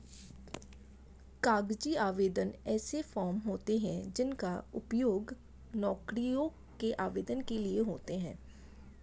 कागजी आवेदन ऐसे फॉर्म होते हैं जिनका उपयोग नौकरियों के आवेदन के लिए करते हैं